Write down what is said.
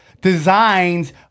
designs